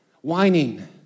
whining